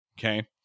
okay